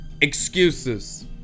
excuses